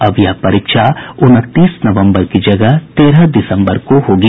अब यह परीक्षा उनतीस नवम्बर की जगह तेरह दिसम्बर को होगी